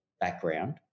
background